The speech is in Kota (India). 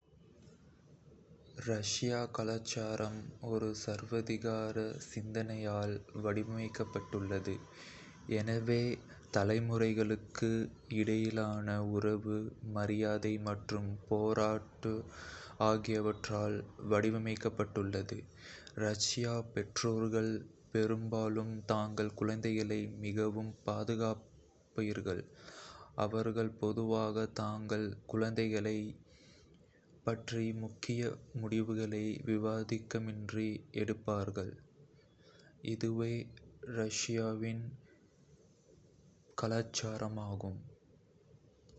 ரஷ்ய கலாச்சாரம் ஒரு சர்வாதிகார சிந்தனையால் வடிவமைக்கப்பட்டுள்ளது, எனவே தலைமுறைகளுக்கு இடையிலான உறவு மரியாதை மற்றும் பாராட்டு ஆகியவற்றால் வடிவமைக்கப்பட்டுள்ளது. ரஷ்ய பெற்றோர்கள் பெரும்பாலும் தங்கள் குழந்தைகளை மிகவும் பாதுகாக்கிறார்கள். அவர்கள் பொதுவாக தங்கள் குழந்தைகளைப் பற்றிய முக்கிய முடிவுகளை விவாதமின்றி எடுக்கிறார்கள்.